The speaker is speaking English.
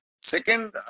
second